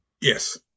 Yes